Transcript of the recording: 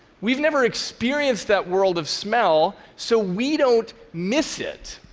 we've never experienced that world of smell, so we don't miss it,